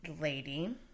lady